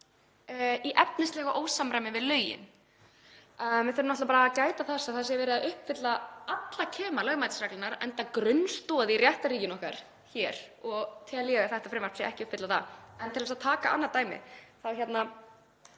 í efnislegu ósamræmi við lögin. Við þurfum náttúrlega bara að gæta þess að það sé verið að uppfylla alla kima lögmætisreglunnar, enda grunnstoð í réttarríkinu okkar og tel ég að þetta frumvarp sé ekki að uppfylla það. En til að taka annað dæmi þá er